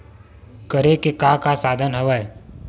करे के का का साधन हवय?